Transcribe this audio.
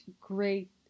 great